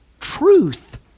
truth